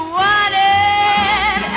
wanted